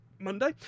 Monday